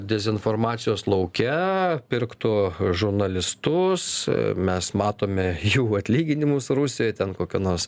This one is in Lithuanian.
dezinformacijos lauke pirktų žurnalistus mes matome jų atlyginimus rusijoj ten kokio nors